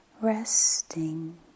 Resting